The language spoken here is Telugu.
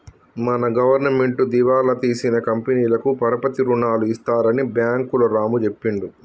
మన గవర్నమెంటు దివాలా తీసిన కంపెనీలకు పరపతి రుణాలు ఇస్తారని బ్యాంకులు రాము చెప్పిండు